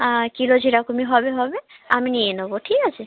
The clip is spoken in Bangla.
আর কিলো যেরকমই হবে হবে আমি নিয়ে নেব ঠিক আছে